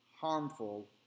harmful